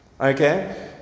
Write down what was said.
Okay